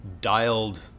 dialed